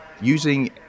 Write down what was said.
Using